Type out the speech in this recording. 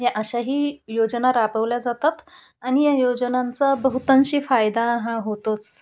या अशाही योजना राबवल्या जातात आणि या योजनांचा बहुतांशी फायदा हा होतोच